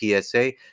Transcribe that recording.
PSA